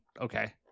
okay